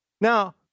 Now